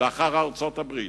לאחר ארצות-הברית,